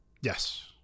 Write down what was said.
Yes